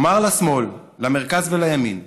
נאמר לשמאל, למרכז ולימין: